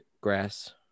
grass